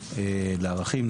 לערכים,